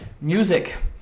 music